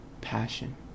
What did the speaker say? passion